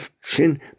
Shin